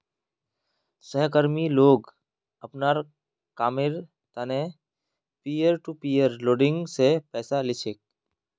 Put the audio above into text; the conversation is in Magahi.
सहकर्मी लोग अपनार कामेर त न पीयर टू पीयर लेंडिंग स पैसा ली छेक